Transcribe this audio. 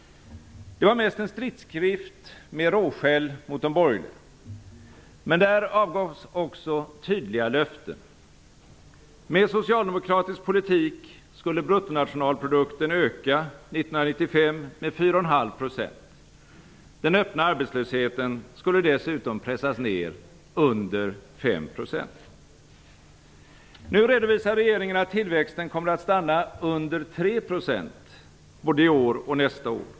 Den var mest en stridsskrift inför valet med råskäll mot de borgerliga. Men där avgavs också tydliga löften. Med socialdemokratisk politik skulle bruttonationalprodukten öka 1995 med 4,5 %. Den öppna arbetslösheten skulle dessutom pressas ner under 5 %. Nu redovisar regeringen att tillväxten kommer att stanna under 3 % både i år och nästa år.